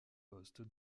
poste